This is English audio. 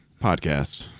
podcast